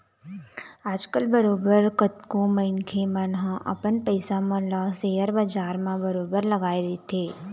आजकल बरोबर कतको मनखे मन ह अपन पइसा मन ल सेयर बजार म बरोबर लगाए रहिथे